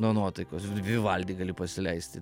nuo nuotaikos vivaldį gali pasileisti